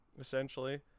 essentially